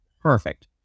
Perfect